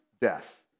death